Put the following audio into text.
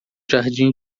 jardim